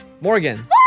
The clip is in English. Morgan